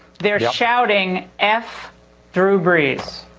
they're shouting f drew brees.